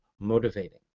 motivating